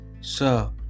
Sir